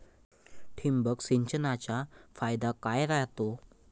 ठिबक सिंचनचा फायदा काय राह्यतो?